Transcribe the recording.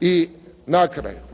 I na kraju,